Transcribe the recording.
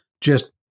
just-